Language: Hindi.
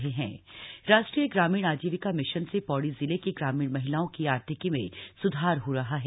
आजीविका मिशन राष्ट्रीय ग्रामीण आजीविका मिशन से पौड़ी जिले की ग्रामीण महिलाओं की आर्थिकी में सुधार हो रहा है